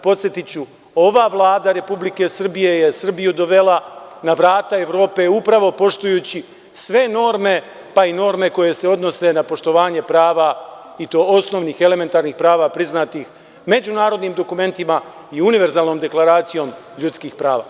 Podsetiću, ova Vlada Republike Srbije je Srbiju dovela na vrata Evrope upravo poštujući sve norme, pa i norme koje se odnose na poštovanje prava i to osnovnih elementarnih prava priznatih međunarodnim dokumentima i Univerzalnom deklaracijom ljudskih prava.